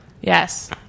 Yes